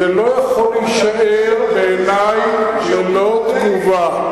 זה לא יכול להישאר, בעיני, ללא תגובה.